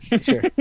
Sure